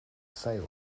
sale